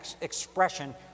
expression